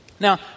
Now